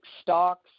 stocks